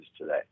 today